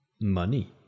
Money